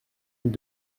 nous